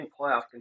playoff